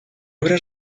obra